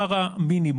לדבר על הסכמת עובד,